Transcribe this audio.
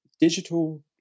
digital